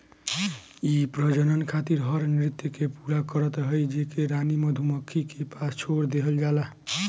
इ प्रजनन खातिर हर नृत्य के पूरा करत हई जेके रानी मधुमक्खी के पास छोड़ देहल जाला